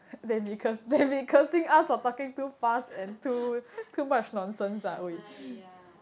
!haiya!